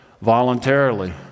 Voluntarily